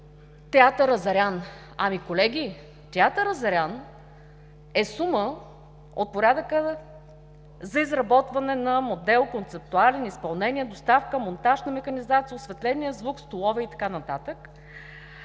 театър „Азарян“ е за изработване на концептуален модел, изпълнение, доставка, монтаж на механизация, осветление, звук, столове и така